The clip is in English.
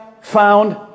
found